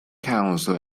council